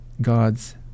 God's